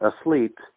asleep